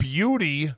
Beauty